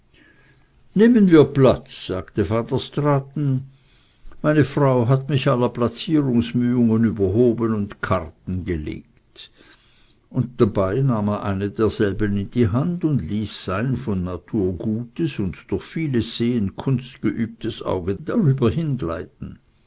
nehmen wir platz sagte van der straaten meine frau hat mich aller plazierungsmühen überhoben und karten gelegt und dabei nahm er eine derselben in die hand und ließ sein von natur gutes und durch vieles sehen kunstgeübtes auge darüber hingleiten